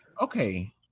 Okay